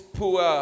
poor